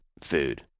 food